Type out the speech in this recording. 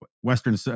Western